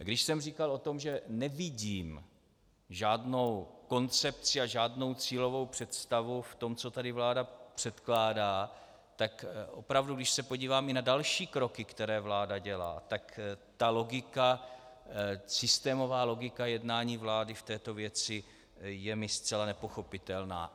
Když jsem říkal o tom, že nevidím žádnou koncepci a žádnou cílovou představu v tom, co tady vláda předkládá, tak opravdu když se podívám i na další kroky, které vláda dělá, tak systémová logika jednání vlády v této věci je mi zcela nepochopitelná.